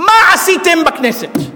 מה עשיתם בכנסת?